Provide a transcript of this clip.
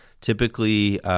Typically